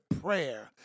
prayer